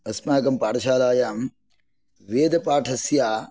अस्माकं पाठशालायां वेदपाठस्य